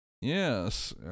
Yes